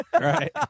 Right